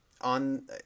on